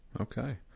Okay